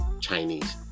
Chinese